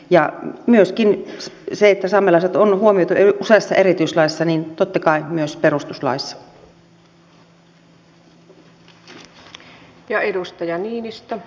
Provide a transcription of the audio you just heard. ja myöskin saamelaiset on huomioitu useassa erityislaissa totta kai myös perustuslaissa